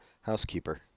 housekeeper